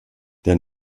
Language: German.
der